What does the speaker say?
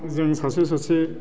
जों सासे सासे